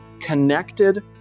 connected